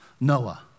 Noah